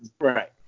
Right